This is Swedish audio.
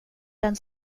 den